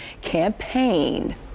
campaign